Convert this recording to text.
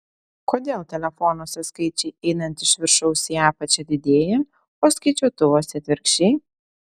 kodėl telefonuose skaičiai einant iš viršaus į apačią didėja o skaičiuotuvuose atvirkščiai